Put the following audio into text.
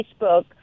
Facebook